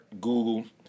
Google